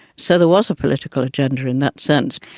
so there was a political agenda in that sense.